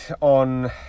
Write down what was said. on